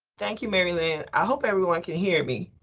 thank you, mary lynne. i hope everyone can hear me.